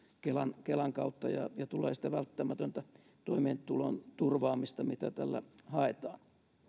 kelan kelan kautta jolloin tulee sitä välttämätöntä toimeentulon turvaamista mitä tällä haetaan